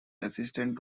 assistant